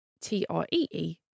T-R-E-E